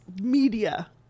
media